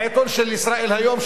העיתון "ישראל היום",